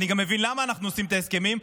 אני גם מבין למה אנחנו עושים את ההסכמים,